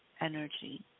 energy